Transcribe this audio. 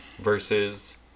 versus